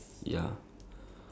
that's the youngest